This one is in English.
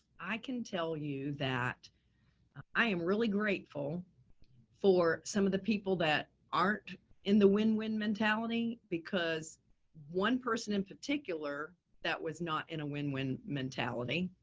i can tell you that i am really grateful for some of the people that aren't in the win-win mentality because one person in particular that was not in a win-win mentality.